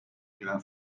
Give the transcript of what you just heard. gelen